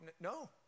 No